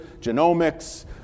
genomics